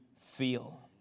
feel